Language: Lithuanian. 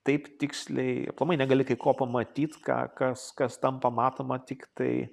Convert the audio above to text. taip tiksliai aplamai negali kai ko pamatyt ką kas kas tampa matoma tiktai